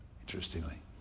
interestingly